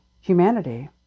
humanity